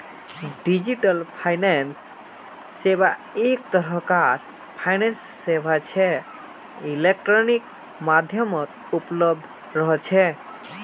digital finance सेवा एक तरह कार फाइनेंस सेवा छे इलेक्ट्रॉनिक माध्यमत उपलब्ध रह छे